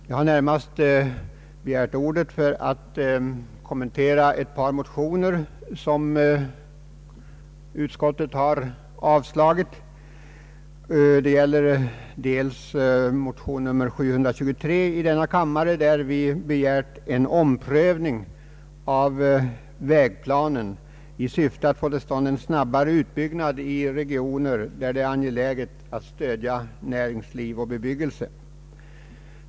Jag har begärt ordet närmast för att kommentera ett par motioner som utskottet har avstyrkt. Det gäller först motion I: 723, i vilken vi begär en omprövning av vägplanen i syfte att få till stånd en snabbare utbyggnad i regioner där det är angeläget att stödja näringsliv och bebyggelse.